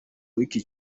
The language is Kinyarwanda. w’iki